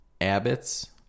Abbott's